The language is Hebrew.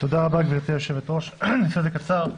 תודה רבה גברתי היושבת-ראש, אעשה את זה קצר.